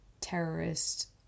terrorist